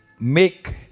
Make